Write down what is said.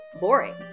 Boring